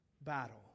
battle